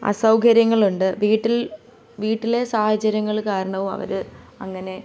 അസൗകര്യങ്ങളുണ്ട് വീട്ടിൽ വീട്ടിലെ സാഹചര്യങ്ങൾ കാരണവും അവർ അങ്ങനെ